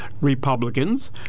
Republicans